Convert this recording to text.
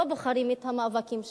לא בוחרים את המאבקים שלנו,